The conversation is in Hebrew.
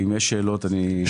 אם יש שאלות אני לרשותכם.